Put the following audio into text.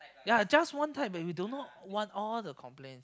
yea just one type that we don't know want all the complaints